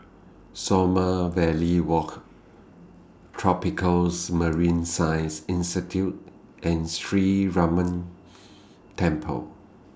Sommerville Walk Tropicals Marine Science Institute and Sree Ramar Temple